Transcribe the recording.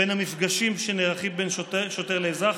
במפגשים שנערכים בין שוטר לאזרח,